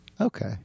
okay